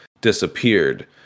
disappeared